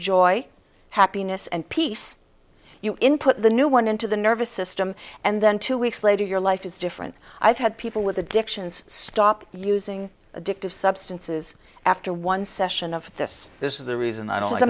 joy happiness and peace you input the new one into the nervous system and then two weeks later your life is different i've had people with addictions stop using addictive substances after one session of this this is the reason i